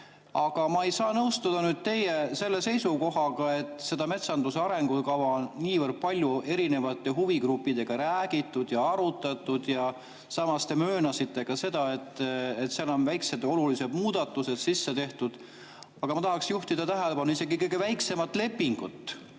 Aga ma ei saa nõustuda nüüd teie selle seisukohaga, et seda metsanduse arengukava on niivõrd palju erinevate huvigruppidega läbi räägitud ja arutatud. Samas möönsite ka seda, et sinna on väiksed olulised muudatused sisse tehtud. Aga ma tahaks juhtida tähelepanu sellele, et isegi kõige väiksemat lepingut